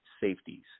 safeties